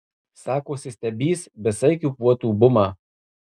sakosi stebįs besaikių puotų bumą